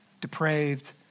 depraved